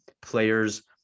players